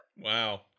Wow